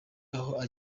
aho